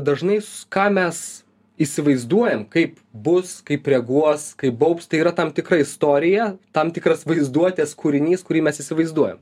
dažnai ką mes įsivaizduojam kaip bus kaip reaguos kaip baus tai yra tam tikra istorija tam tikras vaizduotės kūrinys kurį mes įsivaizduoja